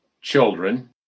children